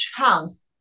chance